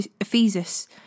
Ephesus